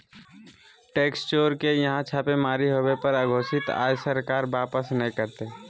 tax चोर के यहां छापेमारी होबो पर अघोषित आय सरकार वापस नय करतय